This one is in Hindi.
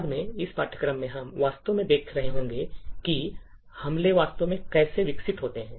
बाद में इस पाठ्यक्रम में हम वास्तव में देख रहे होंगे कि ये हमले वास्तव में कैसे विकसित होते हैं